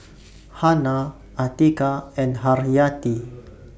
Hana Atiqah and Haryati